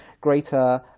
greater